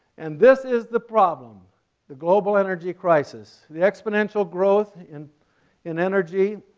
and this is the problem the global energy crisis. the exponential growth in in energy